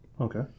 Okay